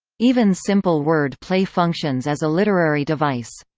even simple word play functions as a literary device.